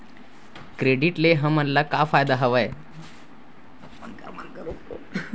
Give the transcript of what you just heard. Credit ले हमन ला का फ़ायदा हवय?